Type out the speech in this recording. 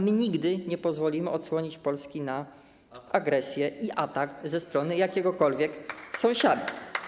My nigdy nie pozwolimy odsłonić Polski na agresję i atak ze strony jakiegokolwiek sąsiada.